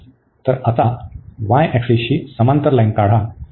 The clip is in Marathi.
तर आता y ऍक्सिसशी समांतर लाईन काढा